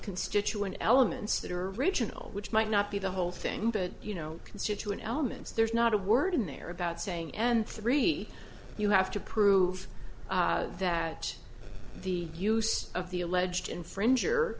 constituent elements that are original which might not be the whole thing but you know constituent elements there's not a word in there about saying n three you have to prove that the use of the alleged infringe